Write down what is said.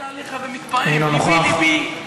אינו נוכח.